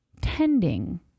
tending